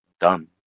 dumb